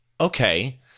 okay